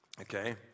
okay